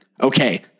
Okay